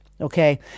Okay